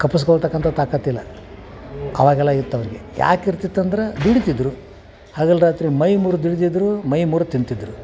ಕಪಸ್ಕೊಳ್ತಕ್ಕಂಥ ತಾಕತ್ತು ಇಲ್ಲ ಅವಾಗೆಲ್ಲ ಇತ್ತು ಅವ್ರಿಗೆ ಯಾಕಿರ್ತಿತ್ತು ಅಂದ್ರೆ ದುಡಿತಿದ್ದರು ಹಗಲು ರಾತ್ರಿ ಮೈ ಮುರ್ದು ದುಡಿತಿದ್ದರು ಮೈ ಮುರ್ದು ತಿಂತಿದ್ದರು